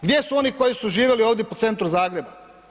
Gdje su oni koji su živjeli ovdje po centru Zagreba?